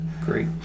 Great